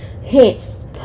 hits